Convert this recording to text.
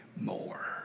more